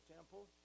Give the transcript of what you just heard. Temple